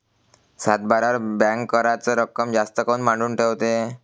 सातबाऱ्यावर बँक कराच रक्कम जास्त काऊन मांडून ठेवते?